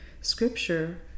Scripture